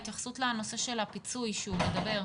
ההתייחסות לנושא של הפיצוי שהוא מדבר.